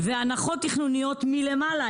והנחות תכנוניות מלמעלה.